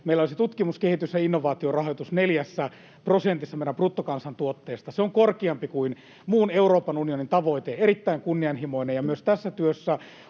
meillä olisi tutkimus-, kehitys- ja innovaatiorahoitus 4 prosentissa meidän bruttokansantuotteesta. Se on korkeampi kuin muun Euroopan unionin tavoite, erittäin kunnianhimoinen. Myös tässä työssä